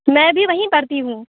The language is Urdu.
میں بھی وہیں پڑھتی ہوں